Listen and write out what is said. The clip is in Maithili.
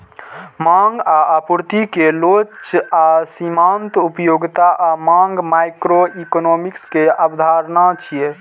मांग आ आपूर्ति के लोच आ सीमांत उपयोगिता आ मांग माइक्रोइकोनोमिक्स के अवधारणा छियै